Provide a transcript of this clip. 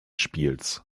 spiels